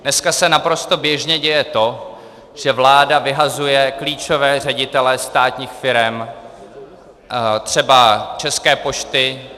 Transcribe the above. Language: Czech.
Dneska se naprosto běžně děje to, že vláda vyhazuje klíčové ředitele státních firem, třeba České pošty.